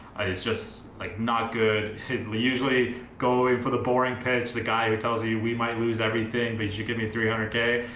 it's just like not good. we usually go in for the boring catch the guy who tells you you we might lose everything, but you give me three hundred k,